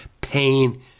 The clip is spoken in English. pain